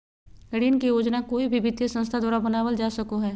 ऋण के योजना कोय भी वित्तीय संस्था द्वारा बनावल जा सको हय